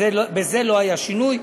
בזה לא היה שינוי.